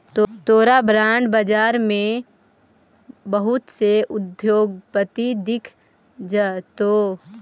तोरा बॉन्ड बाजार में बहुत से उद्योगपति दिख जतो